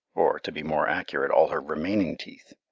or, to be more accurate, all her remaining teeth.